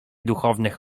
duchowych